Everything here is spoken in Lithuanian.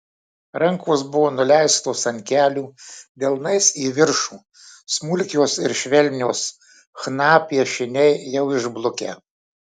rankos buvo nuleistos ant kelių delnais į viršų smulkios ir švelnios chna piešiniai jau išblukę